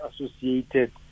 associated